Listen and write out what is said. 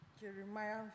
Jeremiah